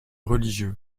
religieux